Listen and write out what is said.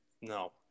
No